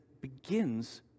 begins